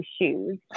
shoes